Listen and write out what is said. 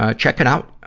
ah check it out,